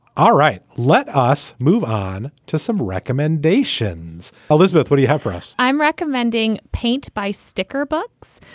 all right. let us move on to some recommendations. elizabeth, what you have for us? i'm recommending paint by sticker books.